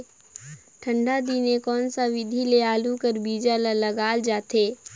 ठंडा दिने कोन सा विधि ले आलू कर बीजा ल लगाल जाथे?